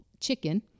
chicken